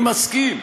אני מסכים.